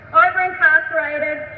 over-incarcerated